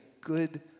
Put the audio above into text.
good